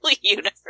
Universe